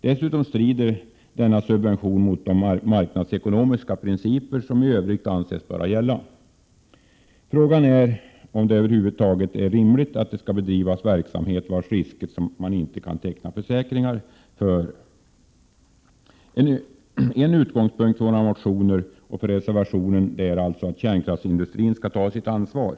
Dessutom strider denna subvention mot de marknadsekonomiska principer som i övrigt anses böra gälla. Frågan är om det är rimligt att det över huvud taget skall få bedrivas en verksamhet vars risker man ej kan teckna försäkringar för. En utgångspunkt för våra motioner och för reservationen är alltså att kärnkraftsindustrin skall ta sitt ansvar.